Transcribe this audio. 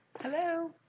Hello